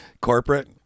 corporate